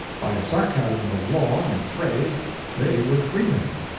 by a sarcasm of law and phrase they were freemen.